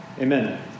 amen